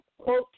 quote